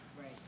Right